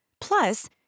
Plus